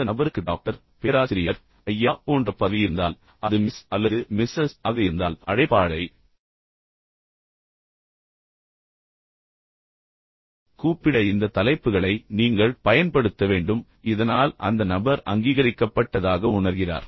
அந்த நபருக்கு டாக்டர் பேராசிரியர் ஐயா போன்ற பதவி இருந்தால் அது மிஸ் அல்லது மிஸ்ஸஸ் ஆக இருந்தால் எனவே அழைப்பாளரை கூப்பிட இந்த தலைப்புகளை நீங்கள் பயன்படுத்த வேண்டும் இதனால் அந்த நபர் அங்கீகரிக்கப்பட்டதாக உணர்கிறார்